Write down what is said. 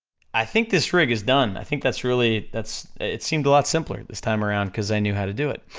i think this rig is done, i think that's truly, that's, it seemed a lot simpler this time around cause i knew how to do it.